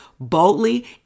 Boldly